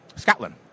Scotland